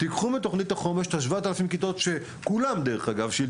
קחו מתוכנית החומש את 7,000 הכיתות שכולם יודעים שחסרות,